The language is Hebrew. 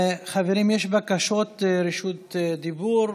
חברים, יש בקשות רשות דיבור.